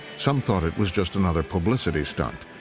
some thought it was just another publicity stunt.